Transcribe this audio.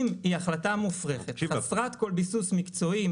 אם היא החלטה מופרכת וחסרת כל ביסוס מקצועי,